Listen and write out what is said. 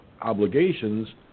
obligations